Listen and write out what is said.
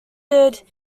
thompson